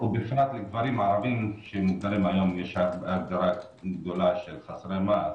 ובפרט לגברים ערבים שמוגדרים היום יש הגדרה של חסרי מעש,